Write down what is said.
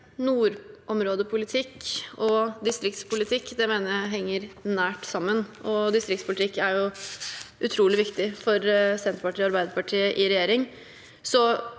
Nordområdepoli- tikk og distriktspolitikk mener jeg henger nært sammen, og distriktspolitikk er utrolig viktig for Senterpartiet og Arbeiderpartiet i regjering.